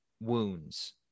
wounds